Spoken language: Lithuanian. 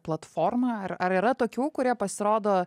platforma ar ar yra tokių kurie pasirodo